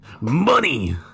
Money